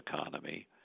economy